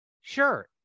sure